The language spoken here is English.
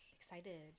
excited